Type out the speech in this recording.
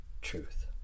truth